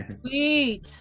sweet